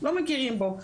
לא מכירים בו',